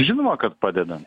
žinoma kad padeda